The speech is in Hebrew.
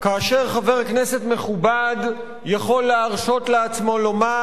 כאשר חבר כנסת מכובד יכול להרשות לעצמו לומר: